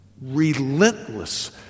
Relentless